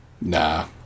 Nah